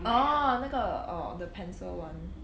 orh 那个 orh the pencil [one]